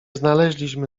znaleźliśmy